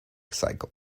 cycle